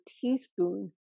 teaspoon